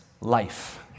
life